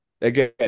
Again